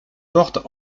portent